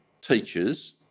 teachers